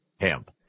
Hemp